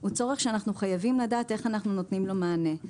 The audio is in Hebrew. הוא צורך שאנחנו חייבים לדעת איך אנחנו נותנים לו מענה.